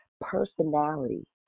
personality